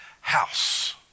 house